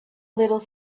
little